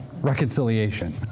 reconciliation